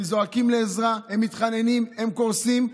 הם זועקים לעזרה, הם מתחננים, הם קורסים.